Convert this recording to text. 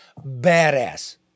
badass